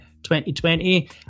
2020